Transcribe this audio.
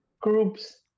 groups